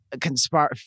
Conspire